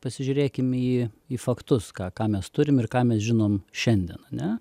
pasižiūrėkim į į faktus ką ką mes turim ir ką mes žinom šiandien ane